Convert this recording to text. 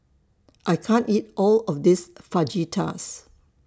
I can't eat All of This Fajitas